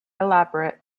elaborate